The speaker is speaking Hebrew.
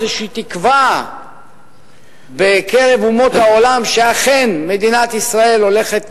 איזו תקווה בקרב אומות העולם שמדינת ישראל אכן הולכת